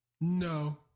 no